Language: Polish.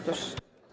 Proszę.